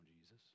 Jesus